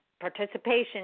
participation